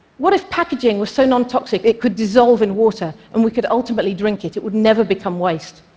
what if packaging was so nontoxic it could dissolve in water and we could ultimately drink it? it would never become waste.